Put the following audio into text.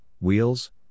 wheels